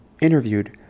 interviewed